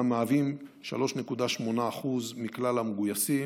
שהם 3.8% מכלל המגויסים,